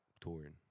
touring